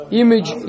image